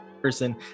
person